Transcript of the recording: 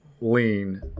lean